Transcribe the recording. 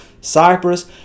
cyprus